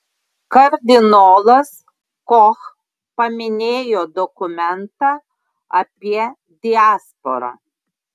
kardinolas koch paminėjo dokumentą apie diasporą